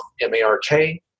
M-A-R-K